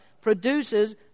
produces